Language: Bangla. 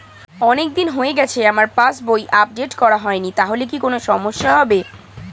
অনেকদিন হয়ে গেছে আমার পাস বই আপডেট করা হয়নি তাহলে কি কোন সমস্যা হবে?